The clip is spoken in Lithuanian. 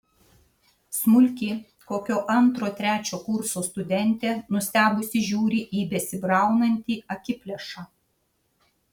smulki kokio antro trečio kurso studentė nustebusi žiūri į besibraunantį akiplėšą